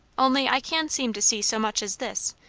only i can seem to see so much as this,